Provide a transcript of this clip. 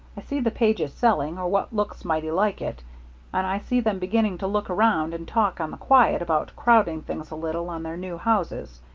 i see the pages selling or what looks mighty like it and i see them beginning to look around and talk on the quiet about crowding things a little on their new houses,